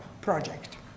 project